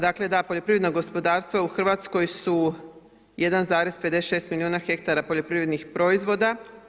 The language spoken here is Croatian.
Dakle, da poljoprivredna gospodarstva u RH su 1,56 milijuna hektara poljoprivrednih proizvoda.